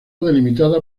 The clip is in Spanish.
delimitada